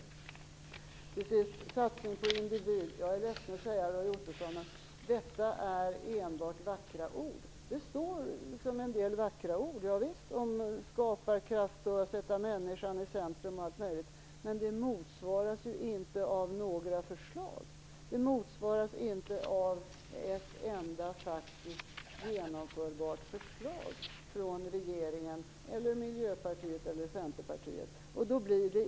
När det till sist gäller satsning på individ är jag ledsen att säga till Roy Ottosson att detta enbart är vackra ord. Det står en del vackra ord om skaparkraft, om att sätta människan i centrum och allt möjligt, men det motsvaras ju inte av några förslag. Det motsvaras inte av ett enda praktiskt genomförbart förslag från regeringen, Miljöpartiet eller Centerpartiet.